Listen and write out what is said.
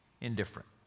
indifferent